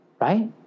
right